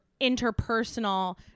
interpersonal